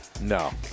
No